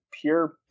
pure